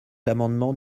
l’amendement